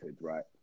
right